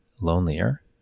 lonelier